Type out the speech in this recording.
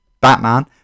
Batman